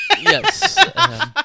Yes